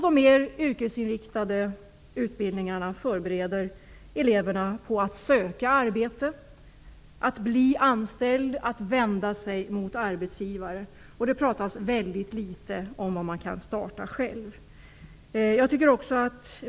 De mer yrkesinriktade utbildningarna förbereder eleverna på att söka arbete, att bli anställda, att vända sig mot arbetsgivare. Det pratas litet om vad man kan starta själv.